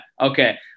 Okay